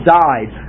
died